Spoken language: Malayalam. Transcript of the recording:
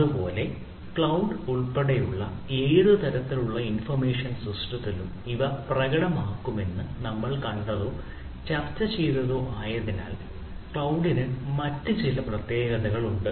അതേപോലെ ക്ലൌഡ് ഉൾപ്പെടെയുള്ള ഏത് തരത്തിലുള്ള ഇൻഫർമേഷൻ സിസ്റ്റത്തിലും ഇവ പ്രകടമാകുമെന്ന് നമ്മൾ കണ്ടതോ ചർച്ച ചെയ്തതോ ആയതിനാൽ ക്ലൌഡിന് മറ്റ് ചില പ്രത്യേകതകൾ ഉണ്ട്